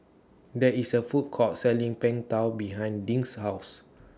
There IS A Food Court Selling Png Tao behind Dink's House